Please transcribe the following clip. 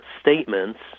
statements